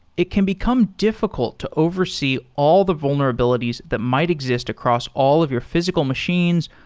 it can become diffi cult to oversee all the vulnerabilities that might exist across all of your physical machines,